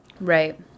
Right